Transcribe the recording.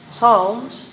Psalms